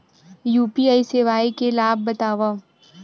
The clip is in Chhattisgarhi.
यू.पी.आई सेवाएं के लाभ बतावव?